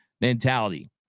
mentality